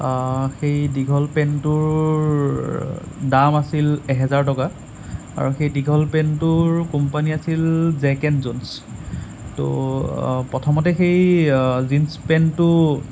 সেই দীঘল পেণ্টটোৰ দাম আছিল এহেজাৰ টকা আৰু সেই দীঘল পেণ্টটোৰ কোম্পানী আছিল জেক এণ্ড জ'নছ তো প্ৰথমতে সেই জীন্স পেন্টটো